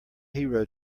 hero